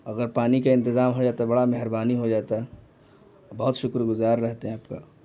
اگر پانی کا انتظام ہو جاتا تو بڑا مہربانی ہو جاتا ہے بہت شکر گزار رہتے ہیں آپ کا